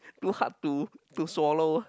too hard to to swallow